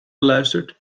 beluisterd